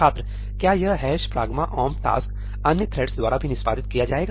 छात्र क्या यह ' pragma omp task' अन्य थ्रेड्स द्वारा भी निष्पादित किया जाएगा